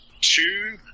two